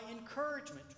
encouragement